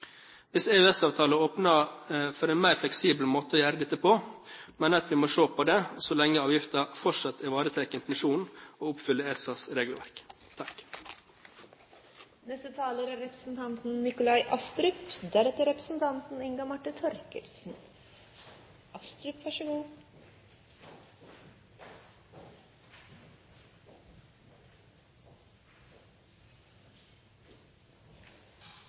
Hvis EØS-avtalen åpner for en mer fleksibel måte å gjøre dette på, mener jeg vi må se på det, så lenge avgiften fortsatt ivaretar intensjonen og oppfyller ESAs regelverk. La meg først få takke representanten